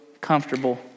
comfortable